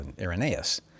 Irenaeus